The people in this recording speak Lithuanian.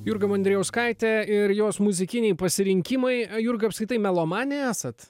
jurga mandrijauskaitė ir jos muzikiniai pasirinkimai jurga apskritai melomanė esat